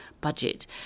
budget